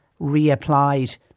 reapplied